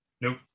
nope